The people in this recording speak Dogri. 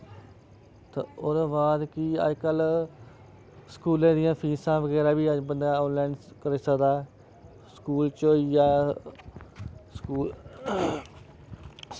ते ओह्दे बाद कि अजकल्ल स्कूलें दियां फीसां वगैरा वी बंदा ऑनलाईन करी सकदा स्कूल च होईया स्कूल